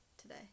Today